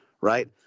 right